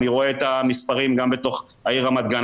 אני רואה את המספרים גם בתוך העיר רמת גן.